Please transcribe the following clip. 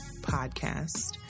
Podcast